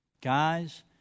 Guys